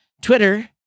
Twitter